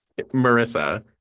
marissa